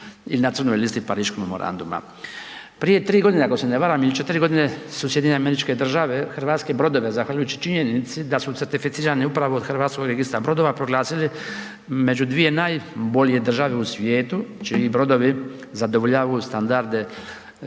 ili na crnoj listi Pariškog memoranduma. Prije 3 godine, ako se ne varam, ili 4 godine su SAD hrvatske brodove, zahvaljujući činjenici da su certificirani upravo od Hrvatskog registra brodova proglasili među dvije najbolje države u svijetu, čiji brodovi zadovoljavaju standarde